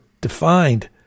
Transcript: defined